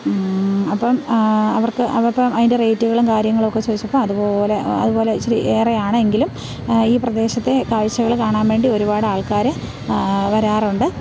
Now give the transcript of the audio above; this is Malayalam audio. അപ്പം അവര്ക്ക് അത് അപ്പം അതിൻ്റെ റേറ്റുകളും കാര്യങ്ങളുമൊക്കെ ചോദിച്ചപ്പോൾ അതുപോലെ അതു പോലെ ഇച്ചിരി ഏറെ ആണ് എങ്കിലും ഈ പ്രദേശത്തെ കാഴ്ച്ചകൾ കാണാൻ വേണ്ടി ഒരുപാട് ആള്ക്കാർ വരാറുണ്ട്